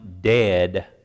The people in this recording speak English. dead